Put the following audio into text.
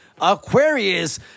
Aquarius